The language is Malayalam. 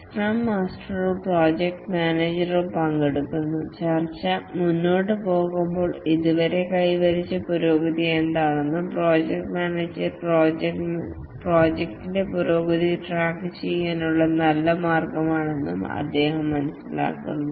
സ്ക്രം മാസ്റ്ററോ പ്രോജക്റ്റ് മാനേജരോ പങ്കെടുക്കുന്നു ചർച്ച മുന്നോട്ട് പോകുമ്പോൾ ഇതുവരെ കൈവരിച്ച പുരോഗതി എന്താണെന്നും പ്രോജക്ട് മാനേജർക്ക് പ്രോജക്ടിന്റെ പുരോഗതി ട്രാക്കുചെയ്യാനുള്ള നല്ലൊരു മാർഗമാണിതെന്നും അദ്ദേഹം മനസ്സിലാക്കുന്നു